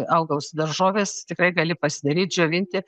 augalus daržoves tikrai gali pasidaryt džiovinti